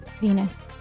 Venus